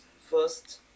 first